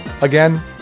Again